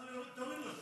אז תוריד לו שתי דקות.